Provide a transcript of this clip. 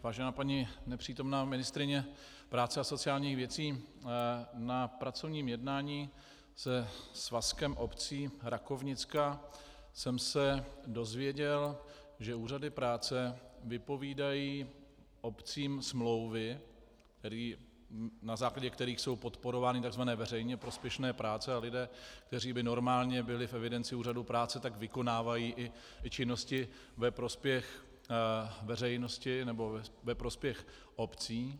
Vážená paní nepřítomná ministryně práce a sociálních věcí, na pracovním jednání se Svazkem obcí Rakovnicka jsem se dozvěděl, že úřady práce vypovídají obcím smlouvy, na základě kterých jsou podporovány tzv. veřejně prospěšné práce, a lidé, kteří by normálně byli v evidenci úřadu práce, tak vykonávají i činnosti ve prospěch veřejnosti nebo ve prospěch obcí.